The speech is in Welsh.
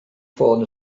ffôn